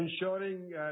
ensuring